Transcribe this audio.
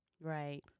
Right